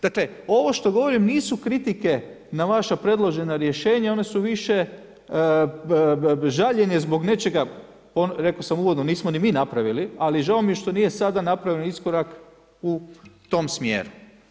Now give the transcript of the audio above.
Dakle, ovo što govorim nisu kritike na vaša predložena rješenja, one su više žaljenje zbog nečega, rekao sam uvodno, nismo ni mi napravili, ali žao mi je što nije sada napravljen iskorak u tom smjeru.